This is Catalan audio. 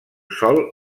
sol